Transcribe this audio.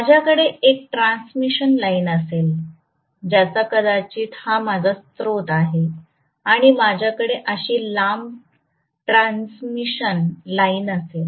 माझ्याकडे एक transmission line असेल ज्याचा कदाचित हा माझा स्रोत आहे आणि माझ्याकडे अशी लांब ट्रांसमिशन लाइन असेल